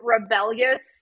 rebellious